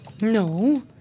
No